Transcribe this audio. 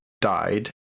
died